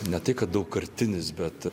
ne tai kad daugkartinis bet